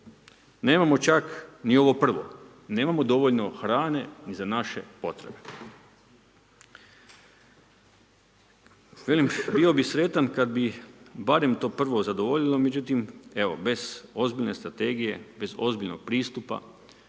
Nemamo čak ni ovo prvo, nemamo dovoljno hrane ni za naše potrebe. Velim, bio bi sretan, kad bi, barem to prvo zadovoljilo, međutim, bez ozbiljne strategije, bez ozbiljne strategije,